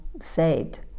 saved